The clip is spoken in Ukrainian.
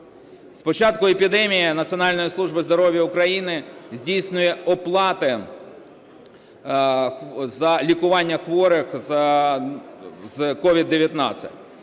початку епідемії Національна служба здоров'я України здійснює оплати за лікування хворих на COVID-19.